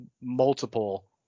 multiple